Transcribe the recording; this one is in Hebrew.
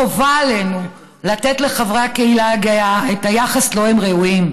חובה עלינו לתת לחברי הקהילה הגאה את היחס שלו הם ראויים,